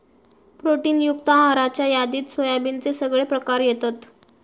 protein युक्त आहाराच्या यादीत सोयाबीनचे सगळे प्रकार येतत